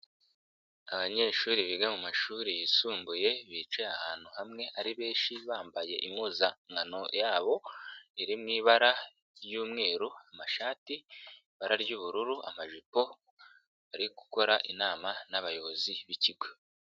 Abanyeshuri biga mu mumashuri yisumbuye bicaye ahantu hamwe ari benshi bambaye impuzankano yabo iri mu ibara ry'umweru, amashati ibara ry'ubururu, amajipo bari gukora inama n'abayobozi b'ikigo.